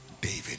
David